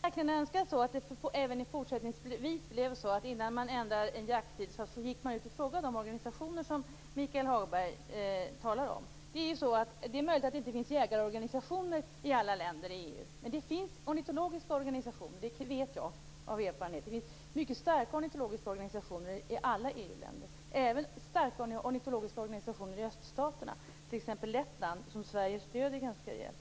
Herr talman! Jag skulle verkligen önska att man även fortsättningsvis gick ut och frågade de organisationer som Michael Hagberg talar om innan man ändrar någon jakttid. Det är möjligt att det inte finns jägarorganisationer i alla länder i EU, men det finns ornitologiska organisationer. Det vet jag av erfarenhet. Det finns mycket starka ornitologiska organisationer i alla EU-länder, även i öststaterna, t.ex. i Lettland, som Sverige stöder ganska rejält.